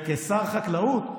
כשר חקלאות,